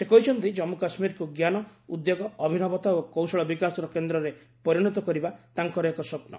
ସେ କହିଛନ୍ତି ଜନ୍ମ କାଶ୍ରୀରକୁ ଜ୍ଞାନ ଉଦ୍ୟୋଗ ଅଭିନବତା ଓ କୌଶଳ ବିକାଶର କେନ୍ଦ୍ରରେ ପରିଣତ କରିବା ତାଙ୍କର ଏକ ସ୍ୱପ୍ନ